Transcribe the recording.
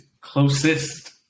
Closest